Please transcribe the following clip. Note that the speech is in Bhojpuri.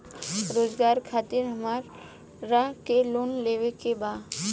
रोजगार खातीर हमरा के लोन लेवे के बा?